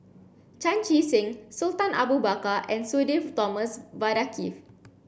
Chan Chee Seng Sultan Abu Bakar and Sudhir Thomas Vadaketh